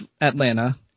atlanta